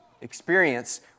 experience